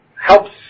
helps